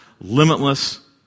limitless